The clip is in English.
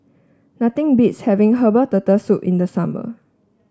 nothing beats having Herbal Turtle Soup in the summer